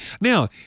Now